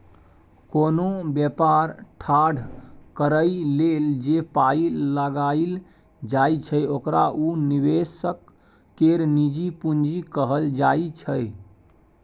कोनो बेपार ठाढ़ करइ लेल जे पाइ लगाइल जाइ छै ओकरा उ निवेशक केर निजी पूंजी कहल जाइ छै